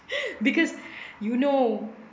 because you know